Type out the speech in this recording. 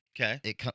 Okay